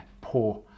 poor